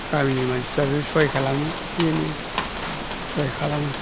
गामिनि मानसिफ्राबो सहाय खालामो एसे एनै सहाय खालामो